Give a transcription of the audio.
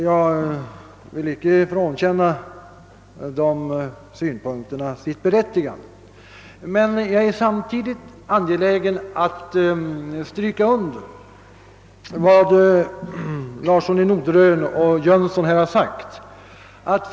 Jag vill icke frånkänna dessa synpunkters berättigande, men jag är samtidigt angelägen om att understryka vad herrar Larsson i Norderön och Jönsson har sagt.